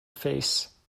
face